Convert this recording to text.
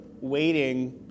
waiting